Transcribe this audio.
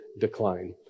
decline